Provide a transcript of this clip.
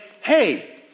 hey